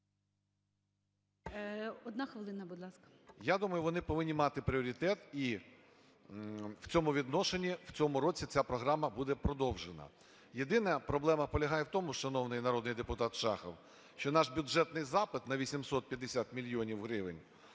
Одна хвилина, будь ласка. РЕВА А.О. …я думаю, вони повинні мати пріоритет, і в цьому відношенні в цьому році ця програма буде продовжена. Єдине, проблема полягає в тому, шановний народний депутат Шахов, що наш бюджетний запит на 850 мільйонів гривень